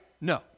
No